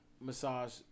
massage